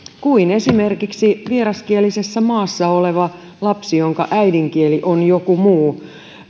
kuin esimerkiksi vieraskielisessä maassa oleva lapsi jonka äidinkieli on joku muu